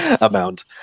amount